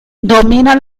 domina